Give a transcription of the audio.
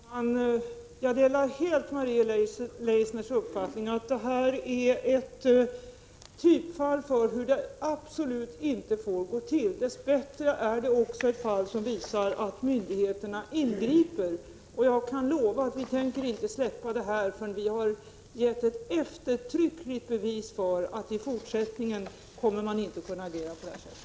Herr talman! Jag delar helt Maria Leissners uppfattning att detta är ett typfall för hur det absolut inte får gå till. Dess bättre är det också ett fall som visar att myndigheterna ingriper. Jag kan lova att vi inte kommer att släppa frågan förrän vi har fått ett eftertryckligt bevis för att man i fortsättningen inte kommer att kunna agera på det här sättet.